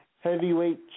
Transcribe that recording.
heavyweight